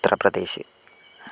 Uttar Pradesh